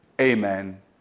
amen